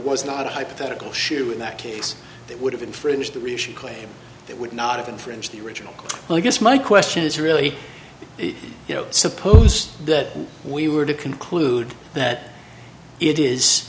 was not a hypothetical shoe in that case they would have infringed the rishi claim that would not infringe the original well i guess my question is really if you know suppose that we were to conclude that it is